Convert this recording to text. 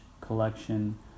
collection